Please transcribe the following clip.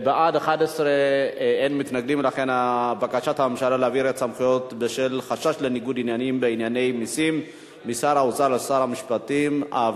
הודעת הממשלה בדבר העברת סמכויות משר האוצר לשר המשפטים נתקבלה.